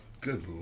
Good